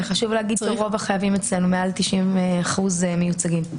חשוב להגיד שרוב החייבים אצלנו, מעל 90% מיוצגים.